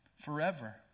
Forever